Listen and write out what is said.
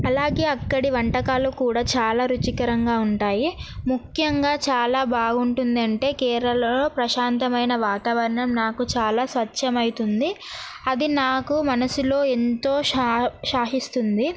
అలాగే అక్కడి వంటకాలు కూడా చాలా రుచికరంగా ఉంటాయి ముఖ్యంగా చాలా బాగుంటుందంటే కేరళలో ప్రశాంతమైన వాతావరణం నాకు చాలా స్వచ్ఛమయితుంది అది నాకు మనసులో ఎంతో షాహిస్తుంది